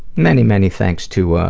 many, many thanks to,